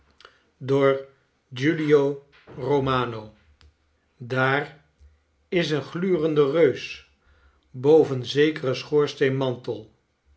door giulio romano daar is een glurende reus boven zekeren